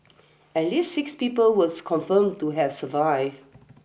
at least six people was confirmed to have survived